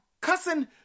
cussing